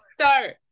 start